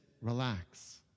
relax